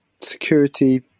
security